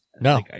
No